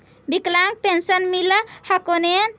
विकलांग पेन्शन मिल हको ने?